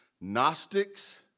Gnostics